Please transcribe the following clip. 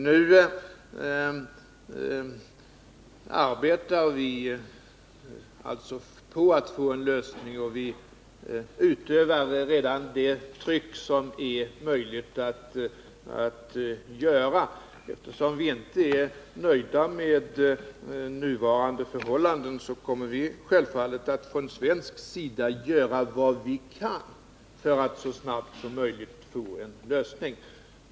Nu arbetar vi alltså på att få en lösning, och vi utövar redan det tryck som är möjligt att utöva. Eftersom vi inte är nöjda med nuvarande förhållanden kommer vi självfallet att från svensk sida göra vad vi kan för att så snart som möjligt få en lösning.